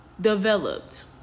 developed